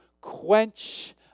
quench